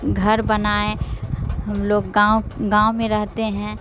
گھر بنائے ہم لوگ گاؤں گاؤں میں رہتے ہیں